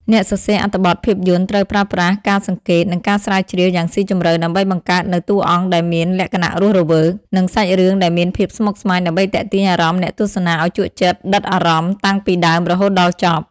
អ្នកសរសេរអត្ថបទភាពយន្តត្រូវប្រើប្រាស់ការសង្កេត និងការស្រាវជ្រាវយ៉ាងស៊ីជម្រៅដើម្បីបង្កើតនូវតួអង្គដែលមានលក្ខណៈរស់រវើក និងសាច់រឿងដែលមានភាពស្មុគស្មាញដើម្បីទាក់ទាញអារម្មណ៍អ្នកទស្សនាឱ្យជក់ចិត្តដិតអារម្មណ៍តាំងពីដើមរហូតដល់ចប់។